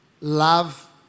Love